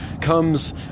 comes